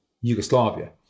Yugoslavia